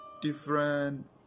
different